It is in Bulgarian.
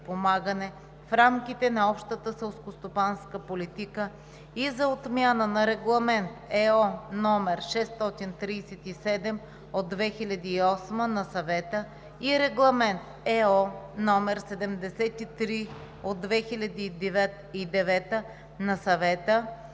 в рамките на общата селскостопанска политика и за отмяна на Регламент (ЕО) № 637/2008 на Съвета и Регламент (ЕО) № 73/2009 на Съвета